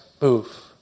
move